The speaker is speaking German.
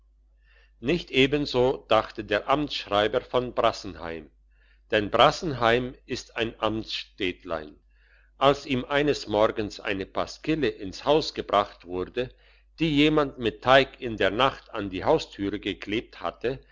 nicht ebenso dachte der amtsschreiber von brassenheim denn brassenheim ist ein amtsstädtlein als ihm eines morgens eine pasquille ins haus gebracht wurde die jemand mit teig in der nacht an die haustüre geklebt hatte